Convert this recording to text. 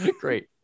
Great